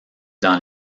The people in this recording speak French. dans